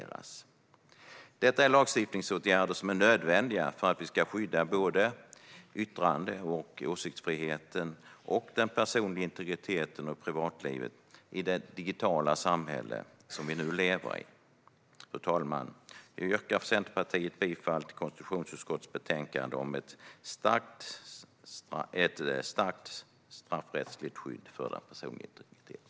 Ett starkt straffrättsligt skydd för den person-liga integriteten Detta är lagstiftningsåtgärder som är nödvändiga för att vi ska skydda både yttrande och åsiktsfriheten och den personliga integriteten och privatlivet i det digitala samhälle vi nu lever i. Fru talman! Jag yrkar för Centerpartiet bifall till konstitutionsutskottets förslag om ett starkt straffrättsligt skydd för den personliga integriteten.